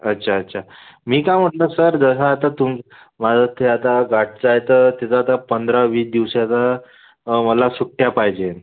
अच्छा अच्छा मी का म्हटलं सर जसं आता तुम माझं ते आता गाठचा आहे तर त्याचं आता पंधरा वीस दिवसाचा मला सुट्ट्या पाहिजे